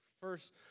first